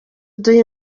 uduha